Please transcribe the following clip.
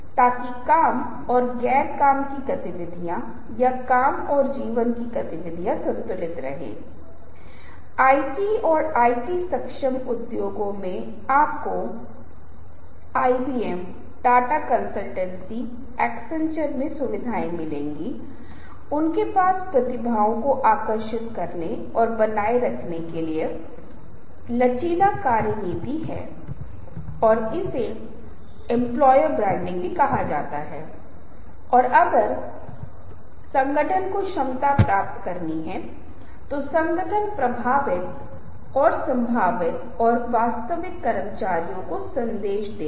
लोकप्रिय राजनीतिक आंकड़ों का उपयोग करते हुए कुछ अध्ययन किए गए थे दो छवियां अमेरिका में दिखाई जा रही थीं और लोगों से जल्दी पूछा जा रहा था कि आप किसे वोट देंगे और यह पाया गया कि जिन लोगों ने इन छवियों को सिर्फ 15 सेकंड से कम समय में देखा और कई मामलों में जवाब दिया लगभग 70 प्रतिशत मामले ये लोग थे जो वोट देते हैं जो यह बताता है कि किसी प्रकार की निर्णय लेने की प्रक्रिया वास्तव में चल रही है जिसका अर्थ है कि आप पृष्ठभूमि पर तार्किक विश्लेषण के आधार पर निर्णय नहीं ले रहे हैं क्योंकि आवेगी निर्णय या जो लोग नहीं जानते थे जो इस लोगों को जानते हैं और सिर्फ प्रतिक्रिया व्यक्त करते हैं 70 प्रतिशत बार वास्तविक मतदाताओं के साथ मेल खाता है जो समय समय पर इन लोगों को सुनते रहे हैं